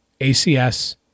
ACS